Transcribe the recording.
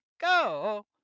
go